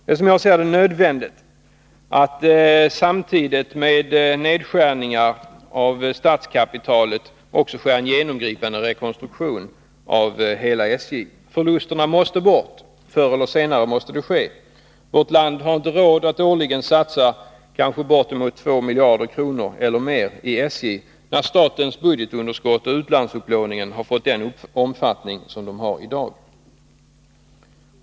Det är, som jag ser det, nödvändigt att det samtidigt med nedskärningar i statskapitalet också sker en genomgripande rekonstruktion av hela SJ. Förlusterna måste bort — förr eller senare måste det ske. Vårt land har inte råd att årligen satsa kanske bortemot 2 miljarder kronor eller mer på SJ när statens budgetunderskott och utlandsupplåningen har fått den omfattning som de har i dag.